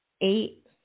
Eight